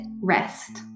rest